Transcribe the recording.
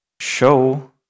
show